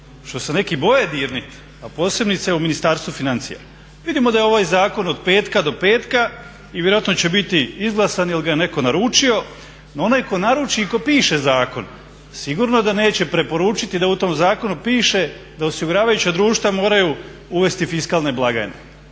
što se neki boje dirnuti, a posebice u Ministarstvu financija. Vidimo da je ovaj zakon od petka do petka i vjerojatno će biti izglasan jer ga je netko naručio. No onaj tko naruči i tko piše zakon sigurno da neće preporučiti da u tom zakonu piše da osiguravajuća društva moraju uvesti fiskalne blagajne.